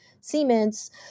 Siemens